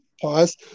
Pause